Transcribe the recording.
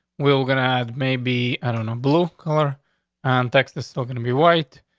we're gonna add, maybe, i don't know, blue color on texas. still gonna be white.